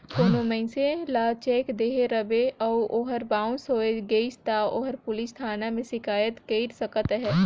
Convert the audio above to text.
कोनो मइनसे ल चेक देहे रहबे अउ ओहर बाउंस होए गइस ता ओहर पुलिस थाना में सिकाइत कइर सकत अहे